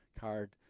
card